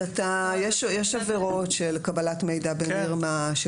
יש עבירות של קבלת מידע במרמה,